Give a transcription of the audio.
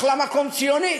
אחלה מקום ציוני.